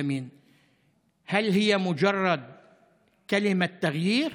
זה חוק גזעני מהחוקים הגזעניים